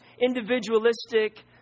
individualistic